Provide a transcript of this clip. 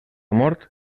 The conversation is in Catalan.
mort